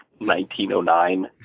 1909